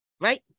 Right